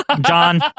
John